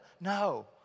No